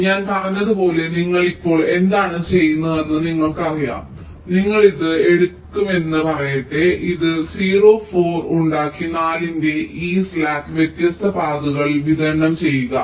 അതിനാൽ ഞാൻ പറഞ്ഞതുപോലെ നിങ്ങൾ ഇപ്പോൾ എന്താണ് ചെയ്യുന്നതെന്ന് നിങ്ങൾക്കറിയാം നിങ്ങൾ ഇത് എടുക്കുമെന്ന് പറയട്ടെ നിങ്ങൾ ഇത് 0 4 ഉണ്ടാക്കി 4 ന്റെ ഈ സ്ലാക്ക് വ്യത്യസ്ത പാതകളിൽ വിതരണം ചെയ്യുക